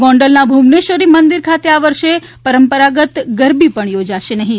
ગોંડલના ભુવનેશ્વરી મંદિર ખાતે આ વર્ષે પરંપરાગત ગરબી યોજાશે નહીં